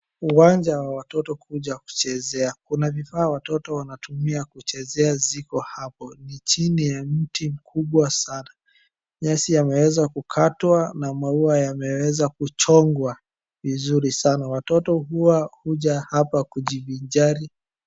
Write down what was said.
Uwanja wa watoto kuja kuchezea, una vifaa watoto wanatumia kuchezea ziko hapo, ni chini ya mti mkubwa sana. Nyasi yameweza kukatwa na maua yameweza kuchongwa vizuri sana, watoto huwa huja hapa kujivinjari.